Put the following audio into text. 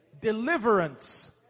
Deliverance